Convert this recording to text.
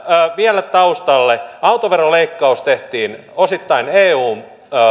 vielä taustalle autoveroleikkaus tehtiin osittain eun